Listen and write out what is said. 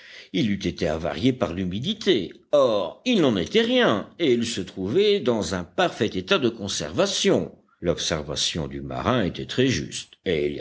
il eût été avarié par l'humidité or il n'en était rien et il se trouvait dans un parfait état de conservation l'observation du marin était très juste et